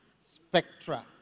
spectra